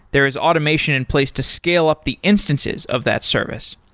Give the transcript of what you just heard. there is automation in place to scale up the instances of that service.